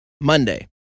Monday